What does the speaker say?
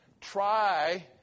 try